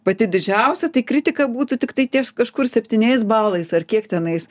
pati didžiausia tai kritika būtų tiktai ties kažkur septyniais balais ar kiek tenais